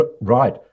right